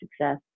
success